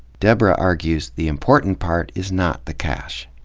deborah argues the important part is not the cash.